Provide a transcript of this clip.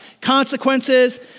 consequences